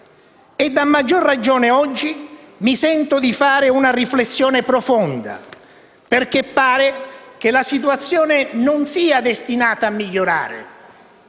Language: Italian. A maggior ragione oggi, mi sento di fare una riflessione profonda perché pare che la situazione non sia destinata a migliorare.